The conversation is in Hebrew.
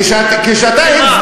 כשאתה, שמה?